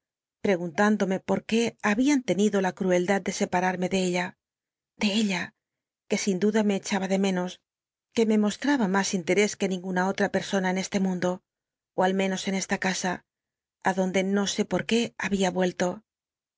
prcgunuindome por qué habían tenido la cucldad de se ararmc de ella de ella que sin duda me echaba de menos que me mostraba mas interés que ninguna otm persona en este mundo ó al menos en esta casa adonde no sé por qué habia vuelto